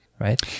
right